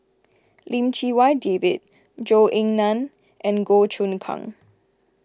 Lim Chee Wai David Zhou Ying Nan and Goh Choon Kang